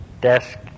desk